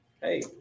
Hey